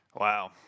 Wow